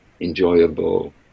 enjoyable